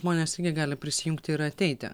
žmonės irgi gali prisijungti ir ateiti